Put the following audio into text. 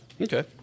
Okay